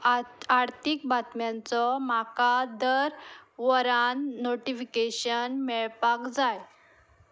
आत आर्थीक बातम्यांचो म्हाका दर वरान नोटिफिकेशन मेळपाक जाय